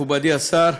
מכובדי השר,